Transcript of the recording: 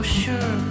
sure